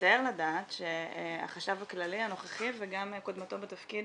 תצטער לדעת שהחשב הכללי הנוכחי וגם קודמתו בתפקיד